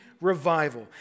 revival